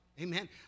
Amen